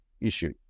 issue